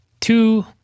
two